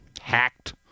hacked